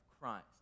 Christ